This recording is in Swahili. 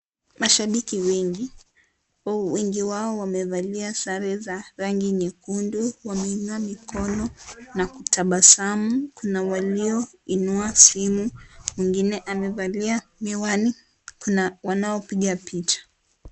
Mashabiki wengi, wengi wao wamevalia sare za rangi nyekundu, wameinua mkono na kutabasamu, kuna walioinua simu, mwingine amevalia miwani, kuna wanao piga picha.